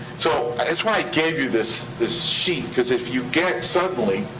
so it's why i gave you this this sheet, cause if you get, suddenly,